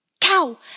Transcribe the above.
Cow